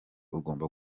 ugomba